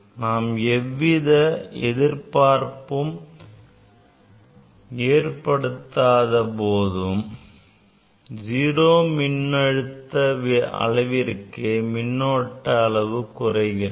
நாம் எவ்வித எதிர் சாய்வை ஏற்படுத்தாத போதும் 0V மின்னழுத்த அளவிற்கே மின்னோட்டத்தின் அளவு குறைகிறது